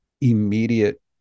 immediate